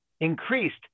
increased